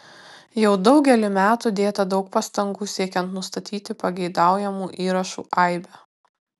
jau daugelį metų dėta daug pastangų siekiant nustatyti pageidaujamų įrašų aibę